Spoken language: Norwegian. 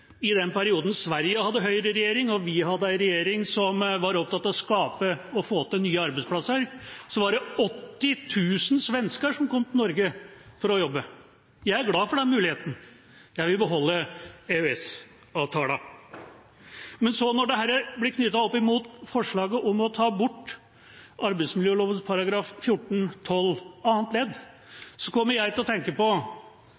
i den perioden Sverige hadde høyreregjering, og vi hadde en regjering som var opptatt av å skape og få til nye arbeidsplasser, var det 80 000 svensker som kom til Norge for å jobbe. Jeg er glad for den muligheten, jeg vil beholde EØS-avtalen. Men når dette blir knyttet opp mot forslaget om å ta bort